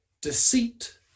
deceit